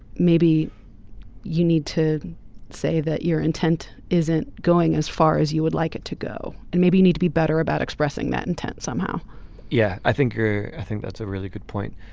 maybe you need to say that your intent isn't going as far as you would like it to go and maybe you need to be better about expressing that intent intent somehow yeah i think you're i think that's a really good point.